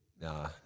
nah